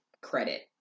credit